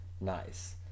nice